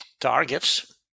targets